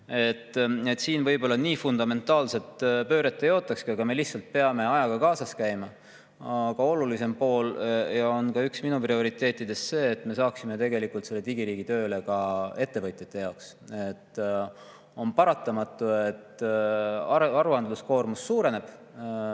Siin võib-olla nii fundamentaalset pööret ei ootaks, aga me lihtsalt peame ajaga kaasas käima. Aga olulisem pool ja ka üks minu prioriteetidest on see, et me saaksime tegelikult digiriigi tööle ka ettevõtjate jaoks. On paratamatu, et aruandluskoormus suureneb